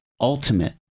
ultimate